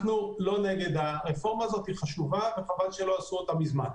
אנחנו לא נגד הרפורמה שהיא חשובה וחבל שלא עשו אותה מזמן.